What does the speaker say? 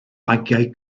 bagiau